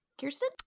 Kirsten